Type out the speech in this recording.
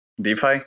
DeFi